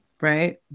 right